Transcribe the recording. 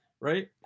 right